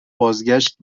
بازگشت